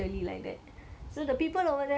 ரொம்ப:romba quiet ah இருக்குமா: